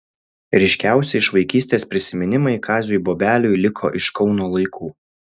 ryškiausi iš vaikystės prisiminimai kaziui bobeliui liko iš kauno laikų